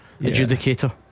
Adjudicator